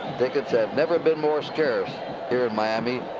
tickets have never been more scarce here in miami.